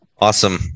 Awesome